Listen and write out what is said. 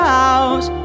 house